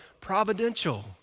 providential